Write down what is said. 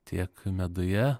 tiek meduje